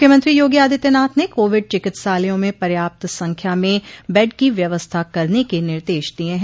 मुख्यमंत्री योगी आदित्यनाथ ने कोविड चिकित्सालयों में पर्याप्त संख्या में बेड की व्यवस्था करने के निर्देश दिये है